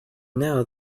now